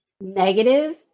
negative